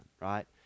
right